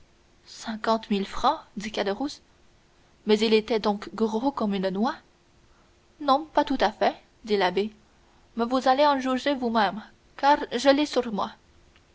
mille francs dit caderousse mais il était donc gros comme une noix non pas tout à fait dit l'abbé mais vous allez en juger vous-même car je l'ai sur moi